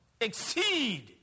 exceed